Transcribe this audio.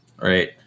right